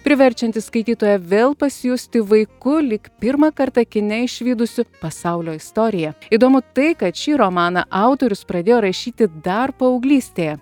priverčiantis skaitytoją vėl pasijusti vaiku lyg pirmą kartą kine išvydusiu pasaulio istoriją įdomu tai kad šį romaną autorius pradėjo rašyti dar paauglystėje